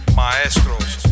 maestros